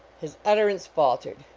his utter ance faltered.